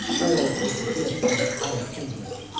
or as the gift of an honored kinsman.